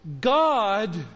God